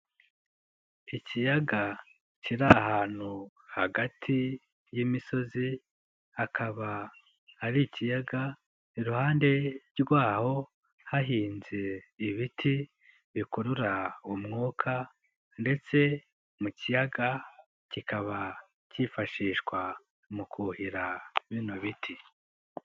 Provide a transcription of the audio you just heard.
Ikiyaga kiri ahantu hagati y'imisozi akaba hari ikiyaga, iruhande rw'aho hahinze ibiti bikurura umwuka ndetse mu kiyaga kikaba cyifashishwa mu kuhira bino biti.